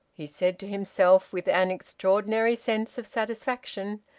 he said to himself, with an extraordinary sense of satisfaction,